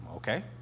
Okay